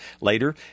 Later